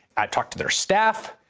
i've talked to their staff.